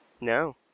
No